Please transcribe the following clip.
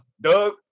Doug